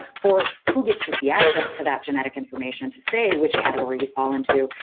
for who gets to see access to that genetic information to say which category you fall into.